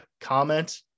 comment